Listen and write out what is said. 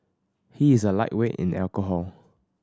he is a lightweight in alcohol